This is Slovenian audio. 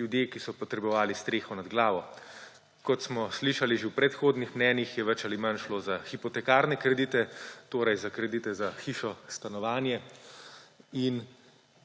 ljudje, ki so potrebovali streho nad glavo. Kot smo slišali že v predhodnih mnenjih, je več ali manj šlo za hipotekarne kredite, torej za kredite za hišo, stanovanje, in